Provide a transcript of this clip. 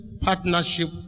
partnership